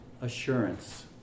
assurance